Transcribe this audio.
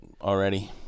already